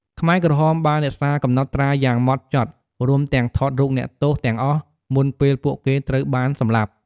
ខ្មែរក្រហមបានរក្សាកំណត់ត្រាយ៉ាងហ្មត់ចត់ រួមទាំងរូបថតអ្នកទោសទាំងអស់មុនពេលពួកគេត្រូវបានសម្លាប់។